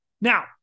Now